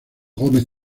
gómez